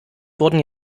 wurden